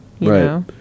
right